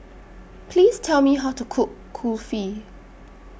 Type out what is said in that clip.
Please Tell Me How to Cook Kulfi